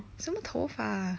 什么头发